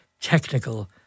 technical